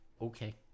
okay